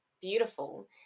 beautiful